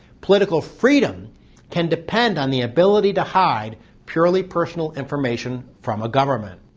political freedom can depend on the ability to hide purely personal information from a government.